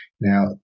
Now